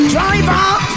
Driver